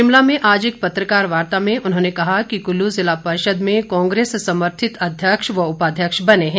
शिमला में आज एक पत्रकार वार्ता में उन्होंने कहा कि कुल्लू ज़िला परिषद में कांग्रेस समर्थित अध्यक्ष व उपाध्यक्ष बने हैं